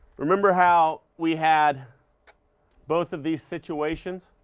remember how we had both of these situations?